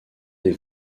des